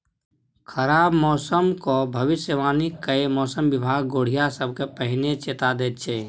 खराब मौसमक भबिसबाणी कए मौसम बिभाग गोढ़िया सबकेँ पहिने चेता दैत छै